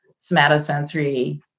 somatosensory